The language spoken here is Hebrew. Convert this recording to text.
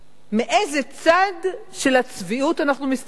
מאיזה צד של הצביעות אנחנו מסתכלים,